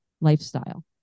lifestyle